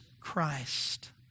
Christ